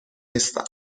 نیستم